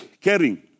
caring